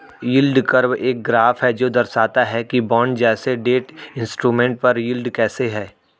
yield curve एक graph है जो दर्शाता है कि बॉन्ड जैसे डेट इंस्ट्रूमेंट पर यील्ड कैसे है